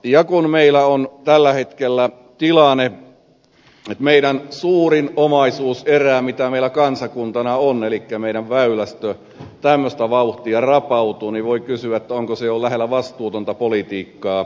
ja kun meillä on tällä hetkellä tilanne että meidän suurin omaisuuserämme mikä meillä kansakuntana on elikkä meidän väylästömme tämmöistä vauhtia rapautuu niin voi kysyä onko se jo lähellä vastuutonta politiikkaa